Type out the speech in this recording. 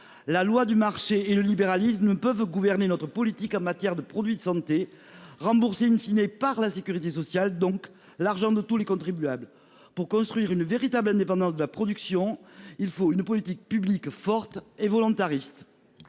La loi du marché et le libéralisme ne peuvent gouverner notre politique en matière de produits de santé rembourser une fine et par la sécurité sociale, donc l'argent de tous les contribuables pour construire une véritable indépendance de la production, il faut une politique publique forte et volontaristes.